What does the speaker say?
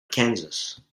kansas